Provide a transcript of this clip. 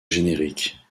générique